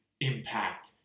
impact